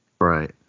Right